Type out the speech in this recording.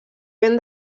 ben